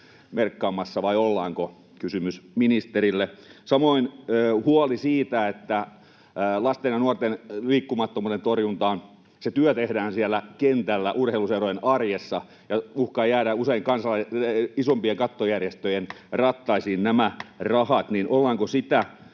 korvamerkkaamassa, vai ollaanko? Kysymys ministerille. Samoin on huoli siitä, että kun lasten ja nuorten liikkumattomuuden torjuntaan se työ tehdään siellä kentällä urheiluseurojen arjessa, niin nämä rahat uhkaavat jäädä usein isompien kattojärjestöjen rattaisiin. Ollaanko sitä